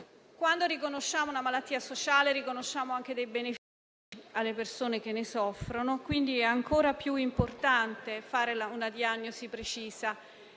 Quando riconosciamo una malattia sociale, riconosciamo anche dei benefici alle persone che ne soffrono, quindi è ancora più importante fare una diagnosi precisa